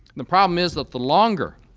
the problem is that the longer